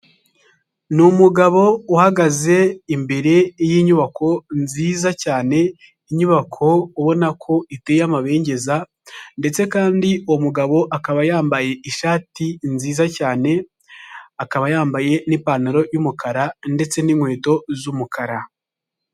Ni umugabo uhagaze imbere y'inyubako nziza cyane, inyubako ubona ko iteye amabengeza, ndetse kandi uwo mugabo akaba yambaye ishati nziza cyane, akaba yambaye n'ipantaro y'umukara ndetse n'inkweto z'umukara.